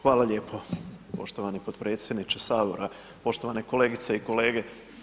Hvala lijepo poštovani potpredsjedniče Sabora, poštovane kolegice i kolege.